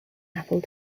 apple